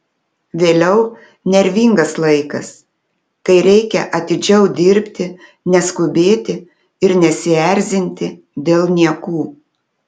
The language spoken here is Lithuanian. vėliau nervingas laikas kai reikia atidžiau dirbti neskubėti ir nesierzinti dėl niekų